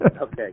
Okay